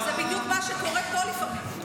זה בדיוק מה שקורה פה לפעמים.